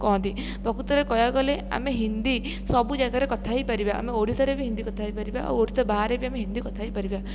କହନ୍ତି ପ୍ରକୃତରେ କହିବାକୁ ଗଲେ ଆମେ ହିନ୍ଦୀ ସବୁ ଜାଗାରେ କଥା ହେଇପାରିବା ଆମେ ଓଡ଼ିଶାରେ ବି ହିନ୍ଦୀ କଥା ହେଇପାରିବା ଆଉ ଓଡ଼ିଶା ବାହାରେ ବି ଆମେ ହିନ୍ଦୀ କଥା ହେଇପାରିବା